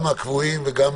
גם הקבועים וגם